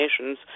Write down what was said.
nations